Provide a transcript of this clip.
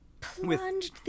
plunged